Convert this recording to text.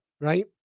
right